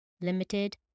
limited